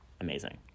Amazing